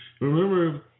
remember